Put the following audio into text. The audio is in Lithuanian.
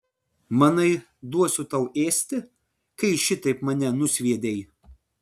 manai duosiu tau ėsti kai šitaip mane nusviedei